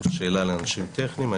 זו שאלה לאנשים טכניים.